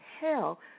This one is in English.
hell